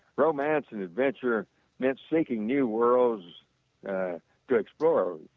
romance and adventure meant seeking new worlds to explore